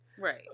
Right